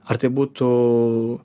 ar tai būtų